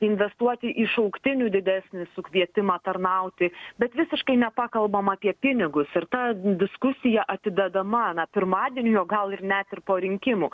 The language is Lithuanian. investuoti į šauktinių didesnį sukvietimą tarnauti bet visiškai nepakalbam apie pinigus ir ta diskusija atidedama na pirmadieniui o gal ir net ir po rinkimų